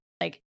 Like-